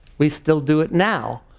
we still do it now.